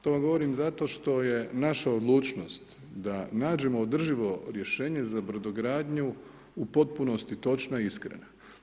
To vam govorim zato što je naša odlučnost da nađemo održivo rješenje za brodogradnju u potpunosti točna i iskrena.